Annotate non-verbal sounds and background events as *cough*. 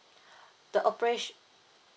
*breath* the operat~